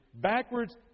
backwards